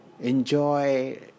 enjoy